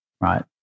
Right